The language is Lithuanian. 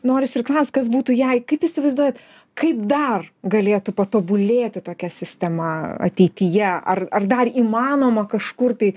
norisi ir klaust kas būtų jei kaip įsivaizduojat kaip dar galėtų patobulėti tokia sistema ateityje ar ar dar įmanoma kažkur tai